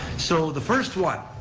so, the first one,